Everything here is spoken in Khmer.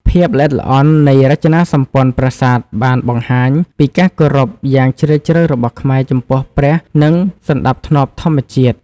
ភាពល្អិតល្អន់នៃរចនាសម្ព័ន្ធប្រាសាទបានបង្ហាញពីការគោរពយ៉ាងជ្រាលជ្រៅរបស់ខ្មែរចំពោះព្រះនិងសណ្តាប់ធ្នាប់ធម្មជាតិ។